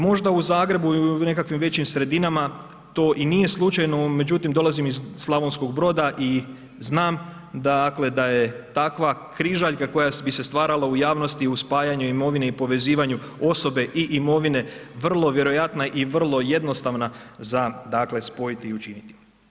Možda u Zagrebu i u nekakvim većim sredinama to i nije slučaj, no međutim dolazim iz Slavonskog Broda i znam dakle da je takva križaljka koja bi se stvarala u javnosti u spajanju imovine i povezivanju osobe i imovine vrlo vjerojatna i vrlo jednostavna za dakle spojiti i učiniti.